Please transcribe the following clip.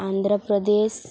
Andhra Pradesh